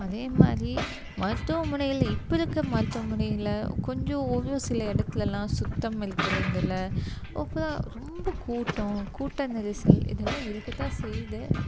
அதேமாதிரி மருத்துவமனைகள் இப்போ இருக்க மருத்துவமனையில கொஞ்சம் ஒரு சில இடத்துலல்லாம் சுத்தம் இருக்கிறதில்லை ரொம்ப கூட்டம் கூட்ட நெரிசல் இதெல்லாம் இருக்கத்தான் செய்யுது